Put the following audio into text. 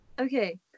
Okay